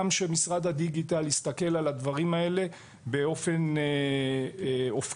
שמשרד הדיגיטל יסתכל על הדברים האלה באופן אופקי.